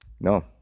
no